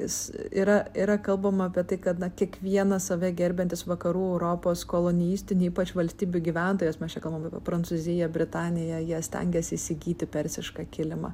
jis yra yra kalbama apie tai kad na kiekvienas save gerbiantis vakarų europos kolonistinė ypač valstybių gyventojasmes čia kalbam apie prancūziją britaniją jie stengiasi įsigyti persišką kilimą